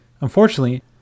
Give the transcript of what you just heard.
Unfortunately